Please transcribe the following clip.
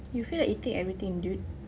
you feel like eating everything dude